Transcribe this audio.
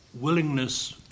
willingness